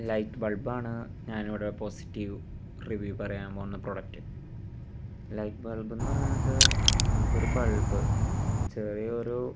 light ബൾബാണ് ഞാൻ ഇവിടെ പോസിറ്റീവ് റിവ്യൂ പറയാൻ പോകുന്ന പ്രോഡക്റ്റ് ലൈറ്റ് ബൾബ് എന്ന് പറയുന്നത് നമുക്കൊരു ബൾബ് ചെറിയൊരു